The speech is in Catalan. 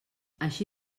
així